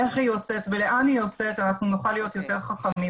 איך היא יוצאת ולאן היא יוצאת ואז נוכל להיות יותר חכמים.